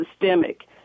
systemic